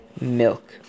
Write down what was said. milk